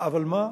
אבל מה,